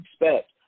expect